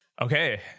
Okay